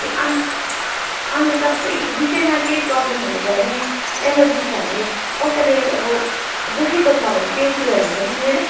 ए अनि अन्त तपाईँ बिचैमा केही प्रब्लमहरू भयो भने इमर्जेन्सी छ भने कसैले अब दुखेको छ भने पेनकिलरहरू पनि लिँदैन